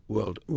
World